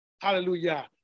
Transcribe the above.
hallelujah